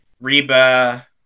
reba